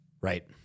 Right